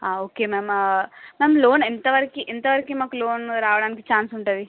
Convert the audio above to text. okay ma'am ma'am loan ఎంతవరకి ఎంతవరకి మాకు లోన్ రావటానికి ఛాన్స్ ఉంటుంది